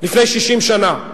לפני 60 שנה,